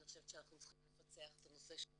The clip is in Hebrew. אני חושבת שאנחנו צריכים לפצח את הנושא של המשטרה,